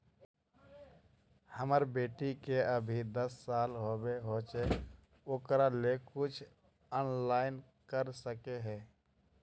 हमर बेटी के अभी दस साल होबे होचे ओकरा ले कुछ ऑनलाइन कर सके है?